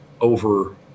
over